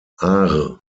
aar